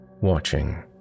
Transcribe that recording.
Watching